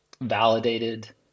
validated